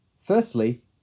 Firstly